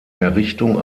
errichtung